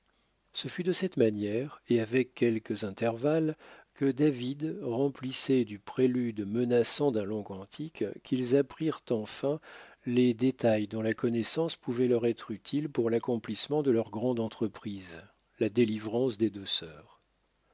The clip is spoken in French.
ce fut de cette manière et avec quelques intervalles que david remplissait du prélude menaçant d'un long cantique qu'ils apprirent enfin les détails dont la connaissance pouvait leur être utile pour l'accomplissement de leur grande entreprise la délivrance des deux sœurs